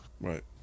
Right